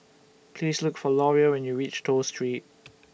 Please Look For Loria when YOU REACH Toh Street